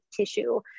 tissue